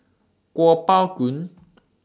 Kuo Pao Kun